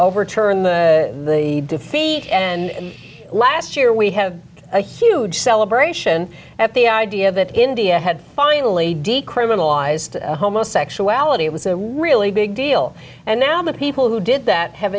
overturn the defeat and last year we have a huge celebration at the idea that india had finally decriminalized homosexuality it was a really big deal and now the people who did that have